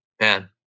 Man